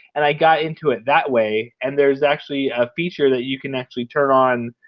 and i got into it that way and there's actually a feature that you can actually turn on